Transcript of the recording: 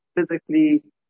physically